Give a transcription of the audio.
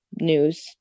news